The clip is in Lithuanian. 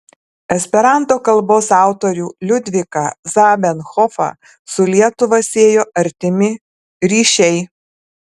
esperanto kalbos autorių liudviką zamenhofą su lietuva siejo artimi ryšiai